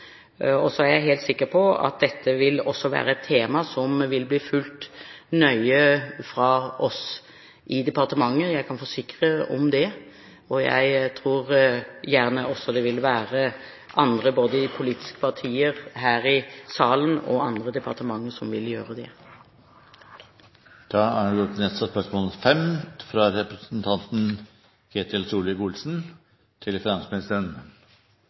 er helt sikker på at dette også vil være et tema som vil bli fulgt nøye fra oss i departementet – jeg kan forsikre om det – og jeg tror også det vil være andre, både i politiske partier her i salen og andre departement, som vil gjøre det.